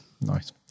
nice